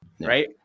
right